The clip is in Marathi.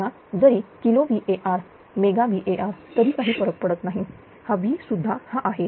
किंवा जरी किलो VAr मेगा VAr तरी काही फरक पडत नाही हा V सुद्धा हा आहे